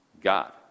God